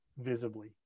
visibly